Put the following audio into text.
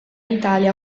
italia